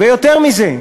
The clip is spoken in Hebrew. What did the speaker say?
ויותר מזה.